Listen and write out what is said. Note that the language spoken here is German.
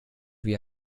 wie